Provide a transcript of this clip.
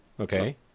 Okay